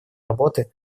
работы